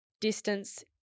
distance